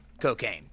cocaine